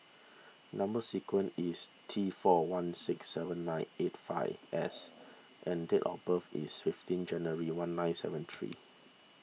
Number Sequence is T four one six seven nine eight five S and date of birth is fifteen January one nine seven three